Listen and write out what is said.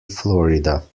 florida